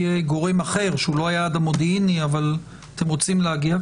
גורם אחר שהוא לא היעד המודיעיני אבל אתם רוצים להגיע,